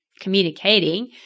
communicating